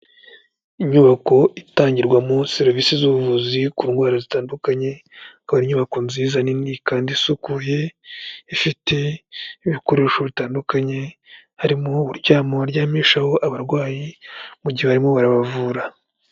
Inyubako itangirwamo serivisi z'ubuvuzi ku ndwara zitandukanye, akaba ari nyubako nziza nini kandi isukuye, ifite ibikoresho bitandukanye harimo uburyamo baryamishaho abarwayi mu gihe barimo barabavura.